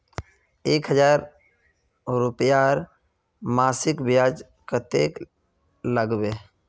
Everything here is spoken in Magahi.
एक हजार रूपयार मासिक ब्याज कतेक लागबे?